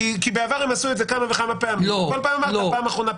כי בעבר הם עשו את זה כמה וכמה פעמים וכל פעם אמרת: פעם אחרונה,